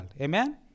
Amen